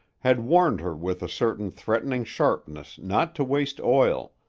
had warned her with a certain threatening sharpness not to waste oil,